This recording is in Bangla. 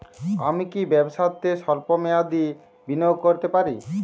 আমি কি ব্যবসাতে স্বল্প মেয়াদি বিনিয়োগ করতে পারি?